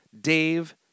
Dave